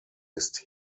ist